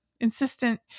insistent